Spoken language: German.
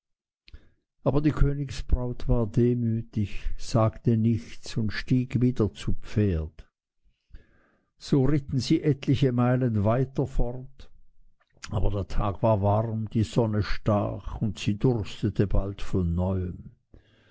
aber die königsbraut war demütig sagte nichts und stieg wieder zu pferde so ritten sie etliche meilen weiter fort aber der tag war warm die sonne stach und sie durstete bald von neuem